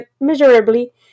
measurably